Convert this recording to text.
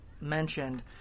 mentioned